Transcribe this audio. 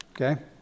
Okay